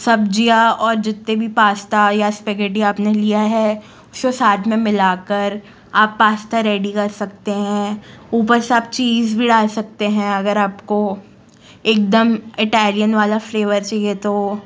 सब्ज़ियाँ और जितने भी पास्ता या स्पेघेटी आपने लिया है उसे साथ में मिला कर आप पास्ता रेडी कर सकते हैं ऊपर से आप चीज़ भी डाल सकते हैं अगर आपको एक दम इटालियन वाला फ्लेवर चाहिए तो